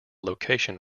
location